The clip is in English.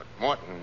Morton